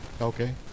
okay